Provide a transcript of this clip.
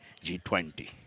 G20